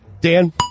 Dan